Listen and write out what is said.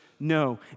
No